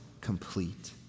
complete